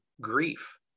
grief